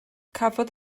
cafodd